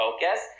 focus